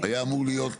היה אמור להיות